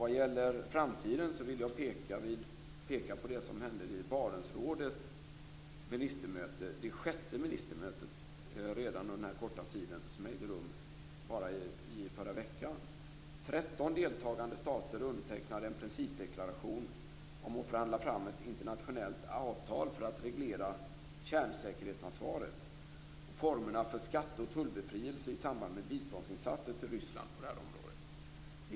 Vad gäller framtiden vill jag peka på det som hände vid Barentsrådets ministermöte. Det var på denna korta tid redan det sjätte ministermötet och ägde rum i förra veckan. 13 deltagande stater undertecknade en principdeklaration om att förhandla fram ett internationellt avtal för att reglera kärnsäkerhetsansvaret och finna former för skatte och tullbefrielse i samband med biståndsinsatser till Ryssland på det här området.